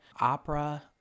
Opera